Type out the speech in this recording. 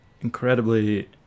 incredibly